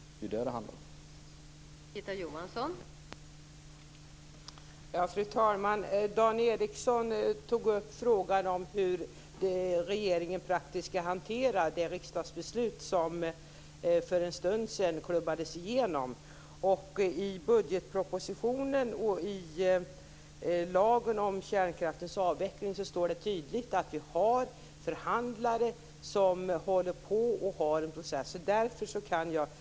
Det är det det handlar om.